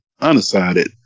undecided